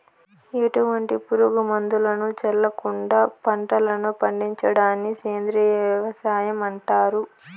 ఎటువంటి పురుగు మందులను చల్లకుండ పంటలను పండించడాన్ని సేంద్రీయ వ్యవసాయం అంటారు